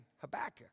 Habakkuk